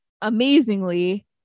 amazingly